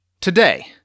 Today